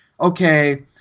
okay